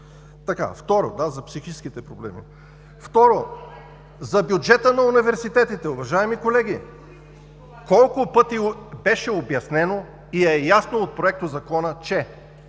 Дамянова.) Да, за психическите проблеми. Второ, за бюджета на университетите. Уважаеми колеги, колко пъти беше обяснено и е ясно от Проектозакона, че